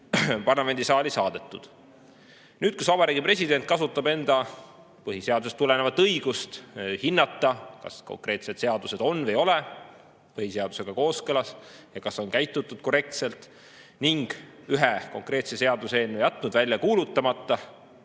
parlamendisaali saadetud. Nüüd, kui Vabariigi President kasutab enda põhiseadusest tulenevat õigust hinnata, kas konkreetsed seadused on või ei ole põhiseadusega kooskõlas ja kas on käitutud korrektselt, ning on jätnud ühe konkreetse seaduseelnõu välja kuulutamata,